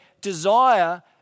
desire